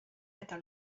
eta